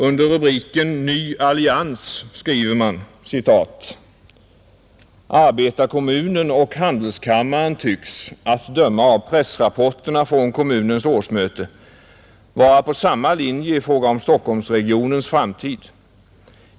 Under rubriken Ny allians skriver man där: ”Arbetarkommunen och Handelskammaren tycks — att döma av pressrapporterna från kommunens årsmöte — vara på samma linje i fråga om Stockholmsregionens framtid.